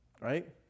right